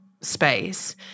space